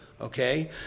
okay